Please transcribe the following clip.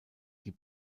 die